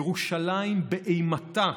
ירושלים באימתה,